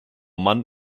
mann